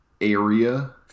area